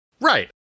Right